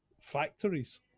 factories